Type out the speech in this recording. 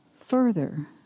Further